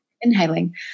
inhaling